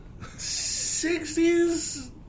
60s